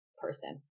Person